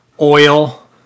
Oil